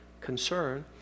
concern